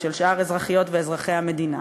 שאר אזרחיות ואזרחי המדינה.